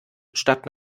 statt